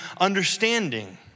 understanding